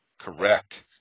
Correct